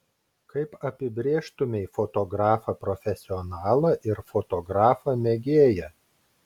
kaip apibrėžtumei fotografą profesionalą ir fotografą mėgėją